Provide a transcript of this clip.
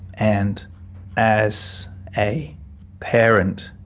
and as a parent,